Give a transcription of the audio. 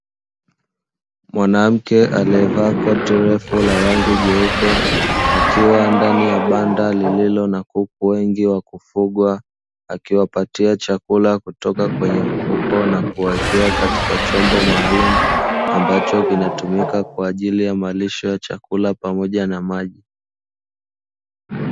Mwanamke aliyevaa koti refu la rangi jeupe akiwa ndani ya banda lililo na kuku wengi wa kufugwa akiwapatia chakula, kutoka kwenye mfuko na kuwawekea katika chombo maalumu ambacho kinatumika kwa ajili ya malisho ya chakula pamoja na maji.